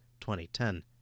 2010